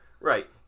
right